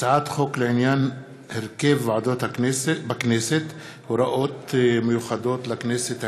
הצעת חוק לעניין הרכב ועדות בכנסת (הוראות מיוחדות לכנסת העשרים),